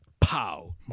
pow